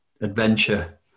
adventure